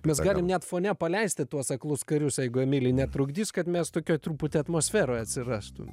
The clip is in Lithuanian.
mes galim net fone paleisti tuos aklus karius jeigu emili netrukdys kad mes tokioj truputį atmosferoj atsirastum